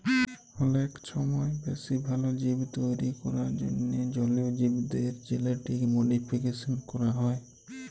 অলেক ছময় বেশি ভাল জীব তৈরি ক্যরার জ্যনহে জলীয় জীবদের জেলেটিক মডিফিকেশল ক্যরা হ্যয়